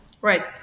right